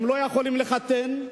הם לא יכולים לחתן,